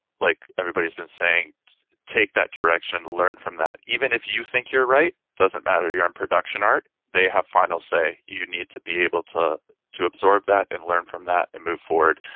like everybody's been saying take that direction, learn from that. even if you think you're right, it doesn't matter, you're in production art. they have final say. you need to be able to to absorb that and learn from that and move forward.